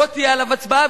לא תהיה עליו הצבעה,